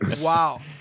Wow